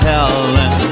Helen